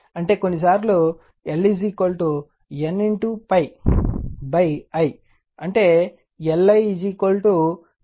అంటే కొన్నిసార్లు L N ∅ i అంటే Li N ∅ అని వ్రాయవచ్చు